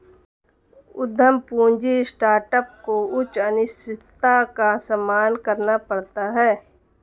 उद्यम पूंजी स्टार्टअप को उच्च अनिश्चितता का सामना करना पड़ता है